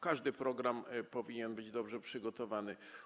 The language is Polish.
Każdy program powinien być dobrze przygotowany.